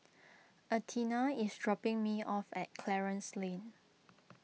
Athena is dropping me off at Clarence Lane